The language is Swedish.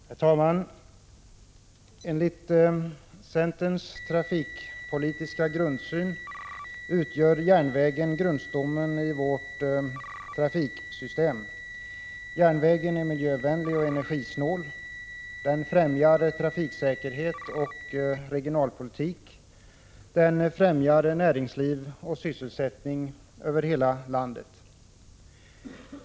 Herr talman! Enligt centerns trafikpolitiska grundsyn utgör järnvägen 15 maj 1986 grundstommen i vårt trafiksystem. Järnvägen är miljövänlig och energisnål. Den främjar trafiksäkerhet och regionalpolitik. Den främjar näringsliv och sysselsättning över hela landet.